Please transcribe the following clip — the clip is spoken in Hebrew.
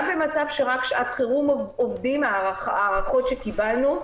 גם במצב שרק שעת חירום עובדים ההערכות שקיבלנו,